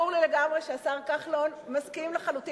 ברור לי לגמרי שהשר כחלון מסכים לחלוטין